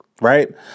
Right